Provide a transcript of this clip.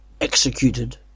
executed